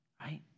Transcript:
right